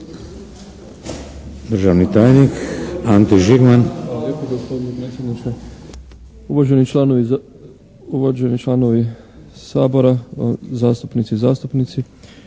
državni tajnik Ante Žigman. **Žigman, Ante** Hvala lijepo gospodine predsjedniče. Uvaženi članovi Sabora, zastupnice i zastupnici,